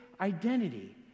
identity